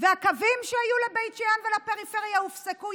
והקווים שהיו לבית שאן ולפריפריה הופסקו.